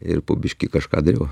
ir po biškį kažką dariau